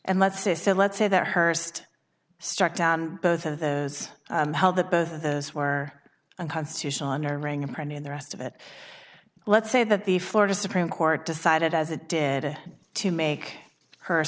and let's say let's say that her wrist struck down both of those held that both of those were unconstitutional entering upon in the rest of it let's say that the florida supreme court decided as it did to make her